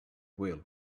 will